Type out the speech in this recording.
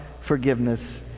forgiveness